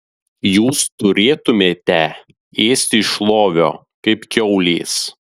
jūs turėtumėte ėsti iš lovio kaip kiaulės